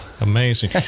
amazing